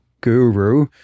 guru